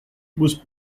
was